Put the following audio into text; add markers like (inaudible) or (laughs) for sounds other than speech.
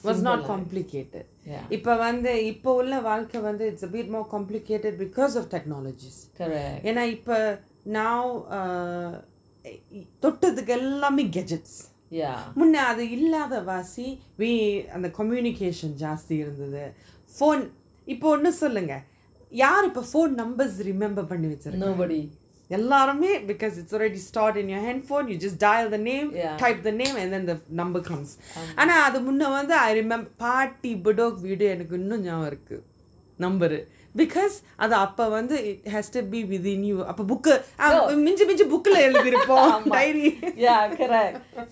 was not complicated இப்போ வந்து இப்போ உள்ள வழக்கை வந்து:ipo vanthu ipo ulla vazhaka vanthu it's a bit more complicated because of techonologies என்ன இப்ப:enna ipa now uh (noise) தோட்டத்துக்கெல்லாம்:thotathukellam gadgets முன்ன அது இல்லாத வாசி:munna athu illatha vaasi we uh the communications just feels a bit phone யாரு இப்போ:yaaru ipo phone numbers to remember பண்ணி வெச்சி இருகாங்க எல்லாருமே:panni vechi irukanga ellarumey because it's already stored in your handphone you just dial the name type the name and the number comes ஆனா அது முன்னவந்து:aana athu munnavanthu I remembe~ இன்னும் நியாபகம் இருக்கு:inum neyabagam iruku because அது அப்போ வந்து:athu apo vanthu it has to be within மிஞ்சி மிஞ்சி போன எழுதி இருப்போம்:minji minji pona ezhuthi irupom diary (laughs)